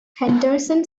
henderson